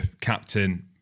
captain